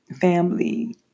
family